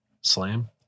slam